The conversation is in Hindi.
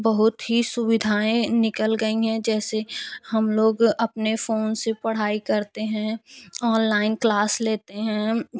बहुत ही सुविधाएँ निकल गई हैं जैसे हम लोग अपने फ़ोन से पढ़ाई करते हैं ऑनलाइन क्लास लेते हैं